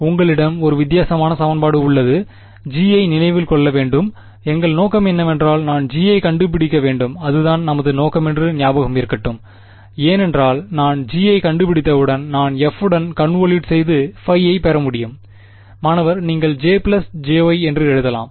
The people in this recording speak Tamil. உங்களிடம் ஒரு வித்தியாசமான சமன்பாடு உள்ளது G யை நினைவில் கொள்ள வேண்டும் எங்கள் நோக்கம் என்னவென்றால் நான் G ஐக் கண்டுபிடிக்கவேண்டும் அதுதான் நமது நோக்கமென்று நியாபகம் இருக்கட்டும் ஏனென்றால் நான் G ஐ கண்டுபிடித்தவுடன் நான் f உடன் கன்வொளுட் செய்து ϕ ஐ பெற முடியும் மாணவர் நீங்கள் J jY என்று எழுதலாம்